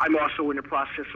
i'm also in the process